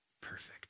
perfect